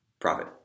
Profit